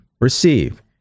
receive